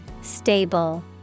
Stable